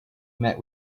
met